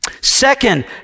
second